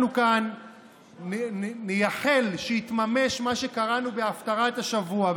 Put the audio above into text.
אנחנו כאן נייחל שיתממש מה שקראנו בהפטרת השבוע,